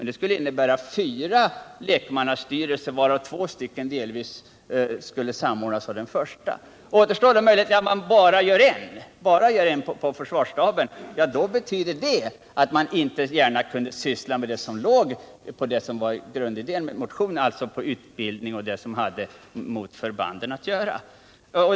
Det skulle innebära fyra lekmannastyrelser, varav tre delvis skulle underordnas den första. Om man bara har en på försvarsstaben betyder det att man inte gärna kan syssla med det som var grundidén i motionen, nämligen det som hade med utbildningen och förbanden att göra.